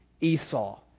Esau